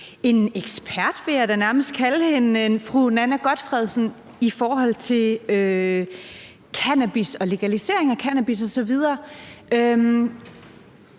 siddende, vil jeg da nærmest kalde hende, nemlig fru Nanna W. Gotfredsen, i forhold til cannabis og legalisering af cannabis osv.